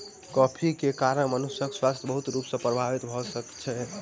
coffee के कारण मनुषक स्वास्थ्य बहुत रूप सॅ प्रभावित भ सकै छै